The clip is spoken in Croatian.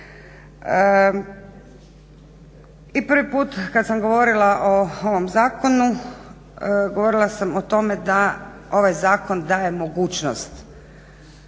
I prvi puta kada sam govorila o ovome zakone govorila sam o tome da ovaj zakon daje mogućnost,